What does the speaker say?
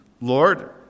Lord